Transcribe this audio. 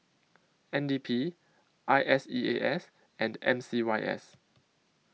N D P I S E A S and M C Y S